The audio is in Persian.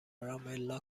رامبلا